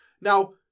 now